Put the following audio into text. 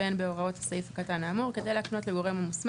אין בהוראות הסעיף קטן האמור כדי להקנות לגורם המוסמך